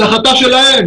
זו החלטה שלהן.